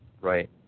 Right